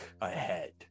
ahead